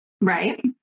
Right